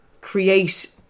create